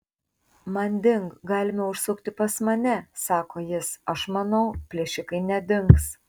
manding galime užsukti pas mane sako jis aš manau plėšikai nedings